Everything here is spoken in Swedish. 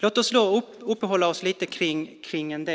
Låt oss uppehålla oss lite vid